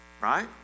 Right